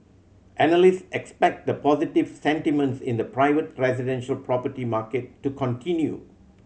analyst expect the positive sentiments in the private residential property market to continue